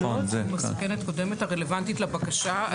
--- מסוכנות קודמת הרלוונטית לבקשה,